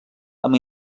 amb